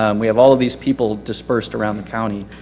um we have all of these people disbursed around the county.